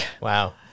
Wow